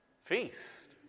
Feast